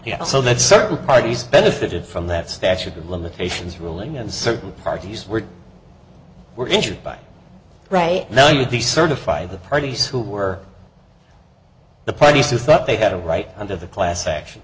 so that certain parties benefited from that statute of limitations ruling and certain parties were were injured by right now you decertify the parties who were the party says that they had a right under the class action